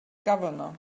governor